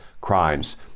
crimes